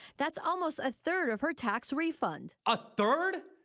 that's almost a third of her tax refund. a third?